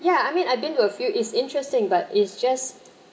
yeah I mean I've been with few is interesting but is just